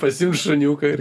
pasiimt šuniuką ir